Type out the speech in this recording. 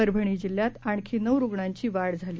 परभणी जिल्ह्यात आणखी नऊ रुग्णांची वाढ झाली